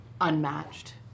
unmatched